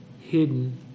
hidden